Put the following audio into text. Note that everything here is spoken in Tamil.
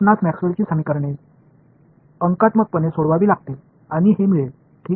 நீங்கள் மேக்ஸ்வெல்லின் Maxwell's சமன்பாடுகளை எண்ணாக தீர்த்து இதை பெற வேண்டும்